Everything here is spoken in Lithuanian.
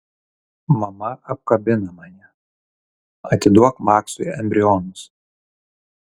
mama apkabina mane atiduok maksui embrionus